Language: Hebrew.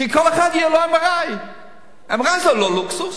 וכל אחד יהיה לו MRI. MRI זה לא לוקסוס.